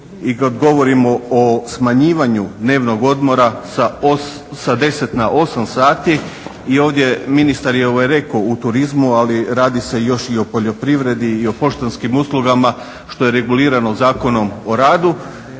i kad govorimo o smanjivanju dnevnog odmora sa 10 na 8 sati i ovdje je ministar rekao u turizmu, ali radi se još i o poljoprivredi i o poštanskim uslugama što je regulirano Zakonom o radu